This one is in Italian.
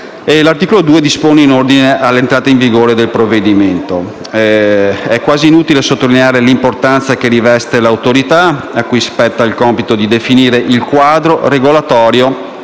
L'articolo 2 dispone in ordine all'entrata in vigore del provvedimento. È quasi inutile sottolineare l'importanza che riveste l'Autorità, a cui spetta il compito di definire il quadro regolatorio